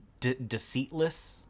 deceitless